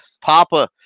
Papa